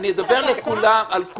אני מדבר על כולם.